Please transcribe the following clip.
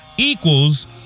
Equals